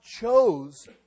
chose